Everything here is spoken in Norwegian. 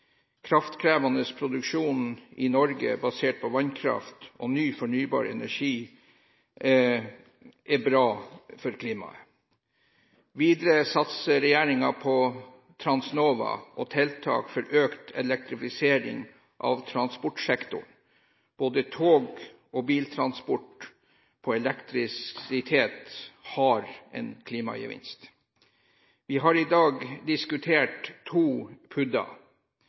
Kraftkrevende produksjon i Norge basert på vannkraft og ny fornybar energi er bra for klimaet. Videre satser regjeringen på Transnova og tiltak for økt elektrifisering av transportsektoren. Både tog- og biltransport på elektrisitet har en klimagevinst. Vi har i dag diskutert to